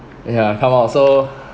ya come out so